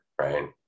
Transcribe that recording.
right